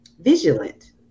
vigilant